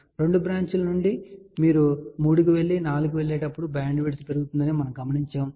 రెండు బ్రాంచ్ ల నుండి మీరు 3 కి వెళ్లి 4 కు వెళ్లేటప్పుడు బ్యాండ్విడ్త్ పెరుగుతుందని మనము గమనించాము